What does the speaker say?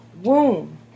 womb